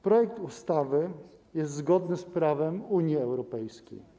Projekt ustawy jest zgodny z prawem Unii Europejskiej.